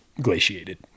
glaciated